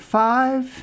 five